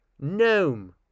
Gnome